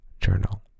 journal